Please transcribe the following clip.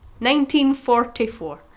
1944